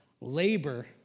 labor